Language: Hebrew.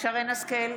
שרן מרים השכל,